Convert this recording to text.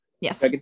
yes